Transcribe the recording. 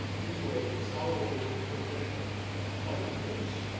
into a consolidated professional fighting force.